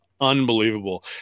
unbelievable